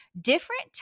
different